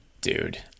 Dude